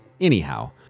Anyhow